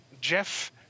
Jeff